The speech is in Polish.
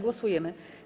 Głosujemy.